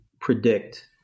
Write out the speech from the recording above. predict